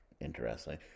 Interesting